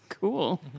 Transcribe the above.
cool